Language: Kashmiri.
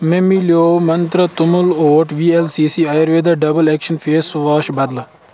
مےٚ مِلٮ۪و منٛترٛا توٚملہٕ اوٹ V L C C Ayurveda double action face wash بدلہٕ